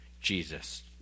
Jesus